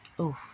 Oof